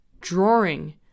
drawing